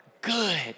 Good